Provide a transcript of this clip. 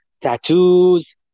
tattoos